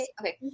Okay